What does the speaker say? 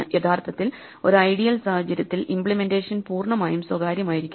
യഥാർത്ഥത്തിൽ ഒരു ഐഡിയൽ സാഹചര്യത്തിൽ ഇമ്പ്ലിമെന്റേഷൻ പൂർണ്ണമായും സ്വകാര്യമായിരിക്കണം